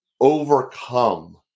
overcome